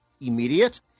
immediate